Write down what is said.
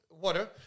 water